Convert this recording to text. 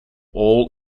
all